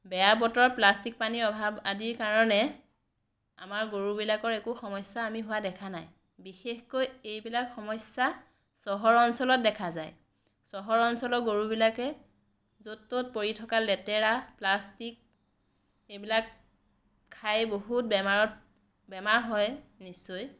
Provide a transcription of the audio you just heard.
বেয়া বতৰত প্লাষ্টিক পানীৰ অভাৱ আদিৰ কাৰণে আমাৰ গৰুবিলাকৰ একো সমস্যা আমি হোৱা দেখা নাই বিশেষকৈ এইবিলাক সমস্যা চহৰ অঞ্চলত দেখা যায় চহৰ অঞ্চলৰ গৰুবিলাকে য'ত ত'ত পৰি থকা লেতেৰা প্লাষ্টিক এইবিলাক খাই বহুত বেমাৰত বেমাৰ হয় নিশ্চয়